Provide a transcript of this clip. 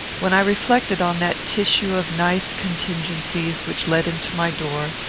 when i reflected on that tissue of nice contingencies which led him to my door,